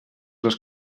les